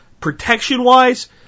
protection-wise